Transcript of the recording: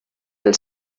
del